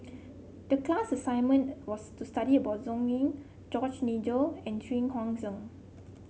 the class assignment was to study about Sng Yee George Nigel and Xu Yuan Zhen